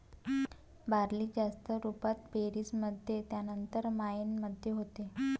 barley जास्त रुपात पेरीस मध्ये त्यानंतर मायेन मध्ये होते